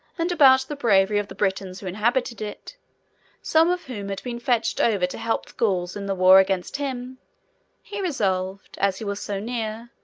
and about the bravery of the britons who inhabited it some of whom had been fetched over to help the gauls in the war against him he resolved, as he was so near,